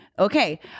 Okay